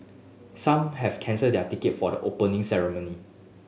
some have cancelled their ticket for the Opening Ceremony